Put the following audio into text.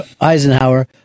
Eisenhower